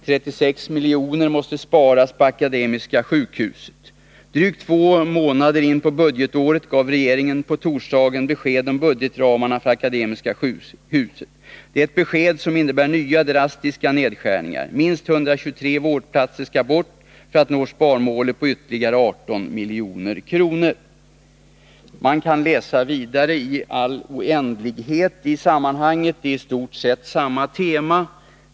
36 miljoner måste sparas på Akademiska sjukhuset. Drygt två månader in på budgetåret gav regeringen på torsdagen besked om budgetramarna för Akademiska sjukhuset. Det är ett besked som innebär nya drastiska nedskärningar. Minst 123 vårdplatser ska bort för att nå sparmålet på ytterligar 18 milj.kr.” Man kan läsa vidare i all oändlighet på i stort sett samma tema.